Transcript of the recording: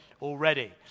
already